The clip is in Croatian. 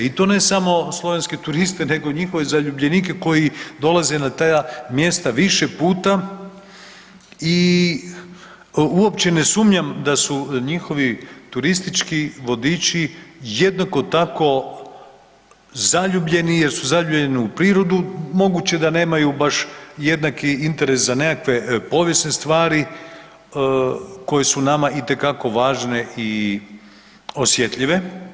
I to ne samo slovenske turiste nego njihove zaljubljenike koji dolaze na ta mjesta više puta i uopće ne sumnjam da su njihovi turistički vodiči jednako tako zaljubljeni jer su zaljubljeni u prirodu, moguće da nemaju baš jednaki interes za nekakve povijesne stvari koje su nama itekako važne i osjetljive.